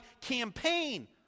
campaign